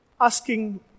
asking